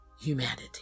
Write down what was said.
humanity